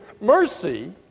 Mercy